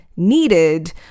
Needed